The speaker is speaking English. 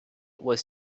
was